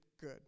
good